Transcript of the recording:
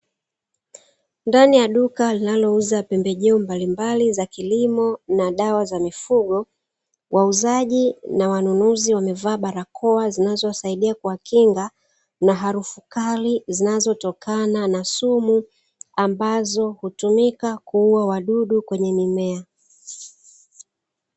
Ndani ya duka linalouza pembejeo mbali mbali za kilimo na dawa za mifugo, wauzaji wamevaa barakoa zinazowasaidia kuwakinga na harufu kali zinazotokana na sumu ambazo hutumika kuuwa wadudu wa kwenye mimea